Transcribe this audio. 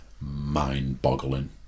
mind-boggling